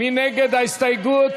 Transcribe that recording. מי נגד ההסתייגות?